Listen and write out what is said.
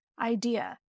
idea